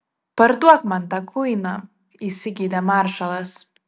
parduok man tą kuiną įsigeidė maršalas